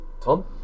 Tom